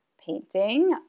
painting